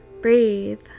breathe